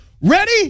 Ready